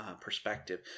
perspective